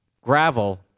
gravel